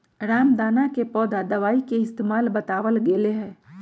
रामदाना के पौधा दवाई के इस्तेमाल बतावल गैले है